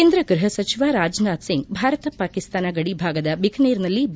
ಕೇಂದ್ರ ಗೃಹ ಸಚಿವ ರಾಜನಾಥ್ ಸಿಂಗ್ ಭಾರತ ಪಾಕಿಸ್ತಾನ ಗಡಿ ಭಾಗದ ಬಿಕನೇರ್ನಲ್ಲಿ ಬಿ